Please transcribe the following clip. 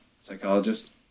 psychologist